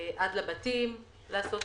עד הבתים לעשות